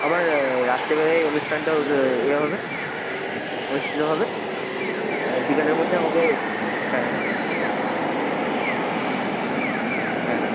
আমার রাত্রে বেলায়ই অনুষ্ঠানটা ইয়ে হবে অনুষ্ঠিত হবে বিকেলের মধ্যে আমাকে হ্যাঁ হ্যাঁ হ্যাঁ হ্যাঁ